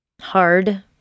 hard